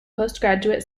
postgraduate